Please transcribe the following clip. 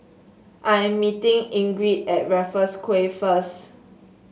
I am meeting Ingrid at Raffles Quay first